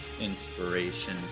inspiration